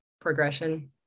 progression